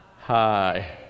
hi